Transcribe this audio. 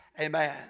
Amen